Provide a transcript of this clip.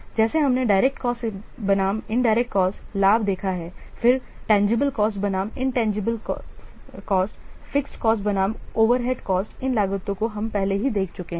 जैसे हमने direct cost बनाम इनडायरेक्ट कॉस्ट लाभ देखा है फिर टेनजीबल कॉस्ट बनाम इनटेनजीबल कॉस्ट fixed कॉस्ट बनाम ओवरहेड कॉस्ट इन लागतों को हम पहले ही देख चुके हैं